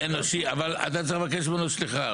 אבל אתה צריך לבקש ממנו סליחה,